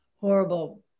horrible